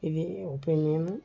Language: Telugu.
ఇది ఒపీనియన్